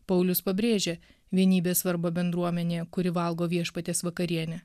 paulius pabrėžia vienybės svarbą bendruomenėje kuri valgo viešpaties vakarienę